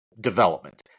development